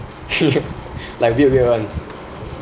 like weird weird [one]